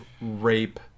rape